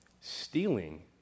Stealing